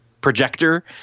projector